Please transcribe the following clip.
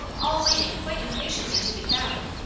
all waiting quite impatiently to be found.